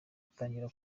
atangira